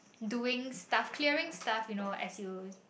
doing stuff clearing stuff you know as you